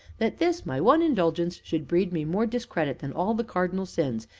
that this, my one indulgence, should breed me more discredit than all the cardinal sins,